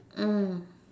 mm